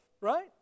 right